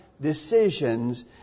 decisions